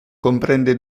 comprende